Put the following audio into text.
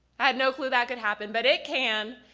i had no clue that could happen, but it can.